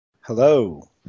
Hello